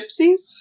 gypsies